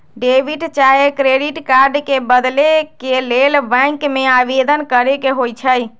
debit चाहे credit card के बदले के लेल बैंक में आवेदन करेके होइ छइ